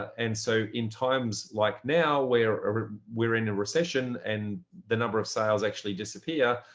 and so in times, like now, where we're in a recession and the number of sales actually disappear.